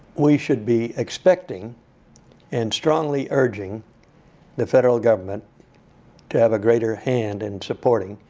we should be expecting and strongly urging the federal government to have a greater hand in supporting.